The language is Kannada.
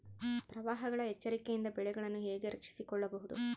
ಪ್ರವಾಹಗಳ ಎಚ್ಚರಿಕೆಯಿಂದ ಬೆಳೆಗಳನ್ನು ಹೇಗೆ ರಕ್ಷಿಸಿಕೊಳ್ಳಬಹುದು?